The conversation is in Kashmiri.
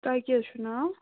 تۄہہِ کیٛاہ حظ چھُو ناو